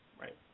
Right